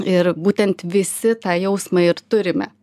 ir būtent visi tą jausmą ir turime